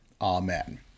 Amen